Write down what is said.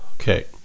Okay